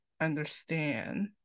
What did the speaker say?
understand